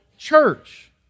church